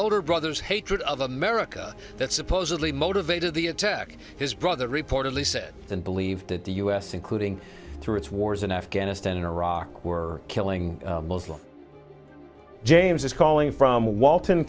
older brother's hatred of america that supposedly motivated the attack his brother reportedly said and believed that the u s including through its wars in afghanistan and iraq were killing muslims james is calling from walton